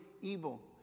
evil